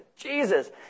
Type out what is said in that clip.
Jesus